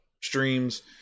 streams